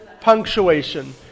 punctuation